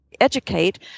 educate